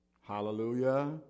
hallelujah